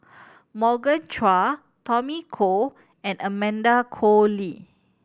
Morgan Chua Tommy Koh and Amanda Koe Lee